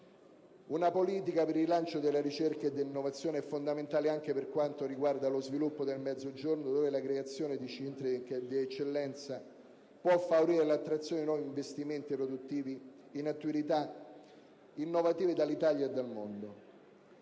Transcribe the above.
Una politica per il rilancio della ricerca e dell'innovazione è fondamentale anche per quanto riguarda lo sviluppo del Mezzogiorno dove la creazione di centri di eccellenza può favorire l'attrazione di nuovi investimenti produttivi in attività innovative dall'Italia e dal mondo.